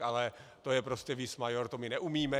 Ale to je prostě vis maior, to my neumíme.